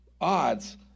odds